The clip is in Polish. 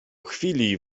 chwili